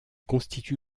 constitue